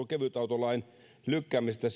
kevytautolain lykkäämisestä